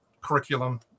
curriculum